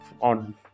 on